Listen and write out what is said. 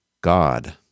God